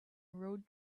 road